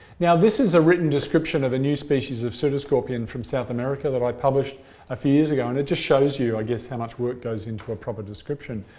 now this is a written description of a new species of pseudoscorpion from south america that i published a few years ago and it just shows you i guess, how much work goes into a proper description.